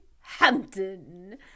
Hampton